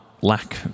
lack